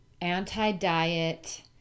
anti-diet